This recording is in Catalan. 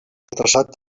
traçat